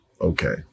okay